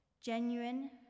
genuine